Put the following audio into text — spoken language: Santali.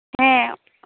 ᱦᱮᱸ